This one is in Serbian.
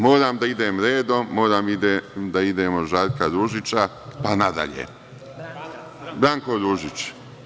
Moram da idem redom, moram da idem od Žarka Ružića, pa nadalje, Branko Ružić.